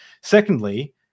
Secondly